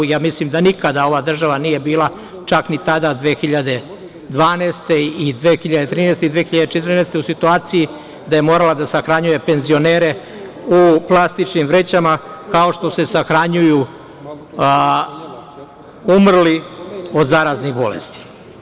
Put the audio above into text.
Ja mislim da nikada ova država nije bila, čak ni tada 2012, 2013. i 2014. godine, u situaciji da je morala da sahranjuje penzionere u plastičnim vrećama, kao što se sahranjuju umrli od zaraznih bolesti.